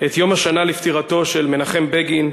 את יום השנה לפטירתו של מנחם בגין,